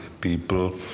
people